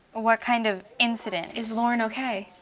ah what kind of incident? is lauren okay